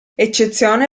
eccezione